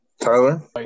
Tyler